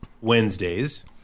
Wednesdays